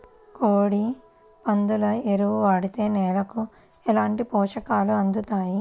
కోడి, పందుల ఎరువు వాడితే నేలకు ఎలాంటి పోషకాలు అందుతాయి